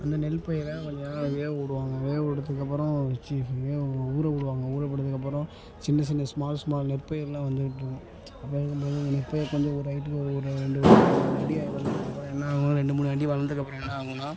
அந்த நெல் பயிரை கொஞ்சம் வேக விடுவாங்க வேக விட்டத்துக்கப்பறம் சி வே ஊற விடுவாங்க ஊற போட்டதுக்கப்புறம் சின்ன சின்ன ஸ்மால் ஸ்மால் நெற் பயிர்லாம் வந்து விட்டுரும் அப்போ நம்ம நெற்பயிர் கொஞ்சம் ஒரு ஹைட்டு ஒரு ரெண்டு அடி வளர்ந்ததுக்கப்பறம் என்னாகும் ரெண்டு மூணு அடி வளர்ந்ததுக்கப்பறம் என்ன ஆகும்னால்